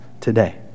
today